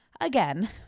again